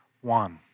one